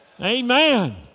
amen